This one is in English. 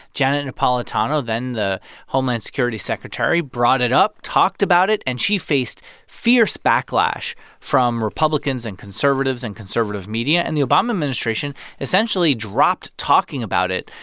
janet napolitano, then the homeland security secretary, brought it up, talked about it. and she faced fierce backlash from republicans and conservatives and conservative media. and the obama administration essentially dropped talking about it.